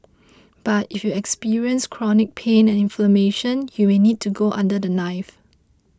but if you experience chronic pain and inflammation you may need to go under the knife